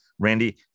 Randy